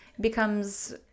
becomes